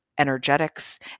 energetics